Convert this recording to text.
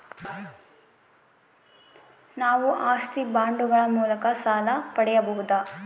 ನಾವು ಆಸ್ತಿ ಬಾಂಡುಗಳ ಮೂಲಕ ಸಾಲ ಪಡೆಯಬಹುದಾ?